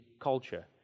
culture